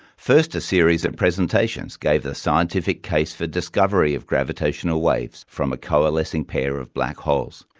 first, a series of presentations gave the scientific case for discovery of gravitational waves from a coalescing pair of black holes.